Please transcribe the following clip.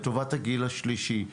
לטובת הגיל השלישי.